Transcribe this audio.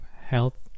health